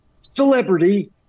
celebrity